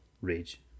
rage